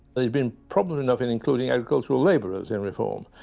had been problems enough in including agricultural labourers in reform,